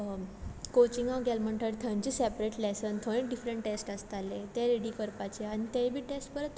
कोचिंगा गेल म्हणटरी थंयचे सेपरेट लेसन थंय डिफरंट टेस्ट आसताले ते रेडी करपाचे आनी तेय बीन टेस्ट परत